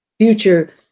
future